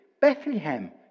Bethlehem